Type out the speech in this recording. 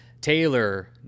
Taylor